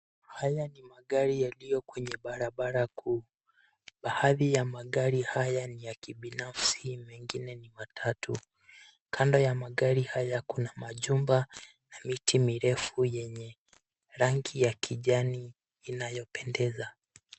Haya ni magari yaliyo kwenye barabara kuu. Baadhi ya magari haya ni ya kibinafsi mengine ni matatu. Kando ya magari haya kuna majumba na miti mirefu yenye rangi ya kijani inayopendeza.